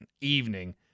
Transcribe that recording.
evening